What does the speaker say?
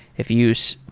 if you use,